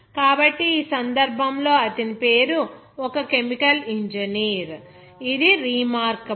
కాబట్టి ఈ సందర్భంలో అతని పేరు ఒక కెమికల్ ఇంజనీర్ ఇది రీమార్కబుల్